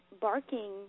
barking